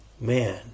man